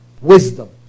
wisdom